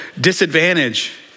disadvantage